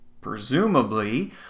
presumably